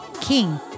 King